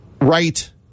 right